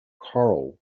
coral